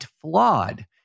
flawed